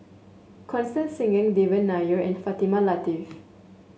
Constance Singam Devan Nair and Fatimah Lateef